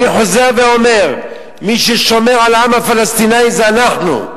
אני חוזר ואומר: מי ששומר על העם הפלסטיני זה אנחנו.